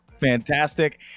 fantastic